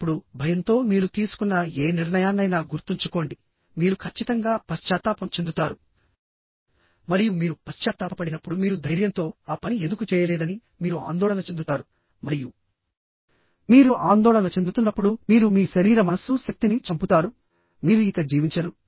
ఇప్పుడు భయంతో మీరు తీసుకున్న ఏ నిర్ణయాన్నైనా గుర్తుంచుకోండి మీరు ఖచ్చితంగా పశ్చాత్తాపం చెందుతారు మరియు మీరు పశ్చాత్తాపపడినప్పుడు మీరు ధైర్యంతో ఆ పని ఎందుకు చేయలేదని మీరు ఆందోళన చెందుతారు మరియు మీరు ఆందోళన చెందుతున్నప్పుడు మీరు మీ శరీర మనస్సు శక్తిని చంపుతారు మీరు ఇక జీవించరు